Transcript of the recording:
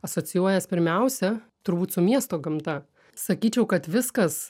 asocijuojas pirmiausia turbūt su miesto gamta sakyčiau kad viskas